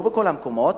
לא בכל המקומות,